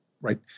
Right